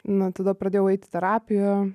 na tada pradėjau eiti terapiją